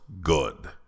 good